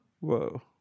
Whoa